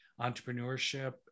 entrepreneurship